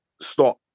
stop